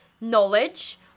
knowledge